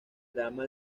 drama